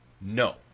No